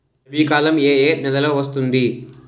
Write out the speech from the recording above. రబీ కాలం ఏ ఏ నెలలో వస్తుంది?